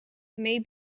may